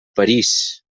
parís